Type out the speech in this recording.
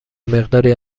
مقداری